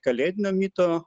kalėdinio mito